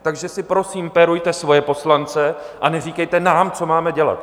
Takže si prosím pérujte svoje poslance a neříkejte nám, co máme dělat!